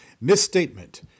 Misstatement